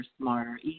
smarter